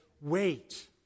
wait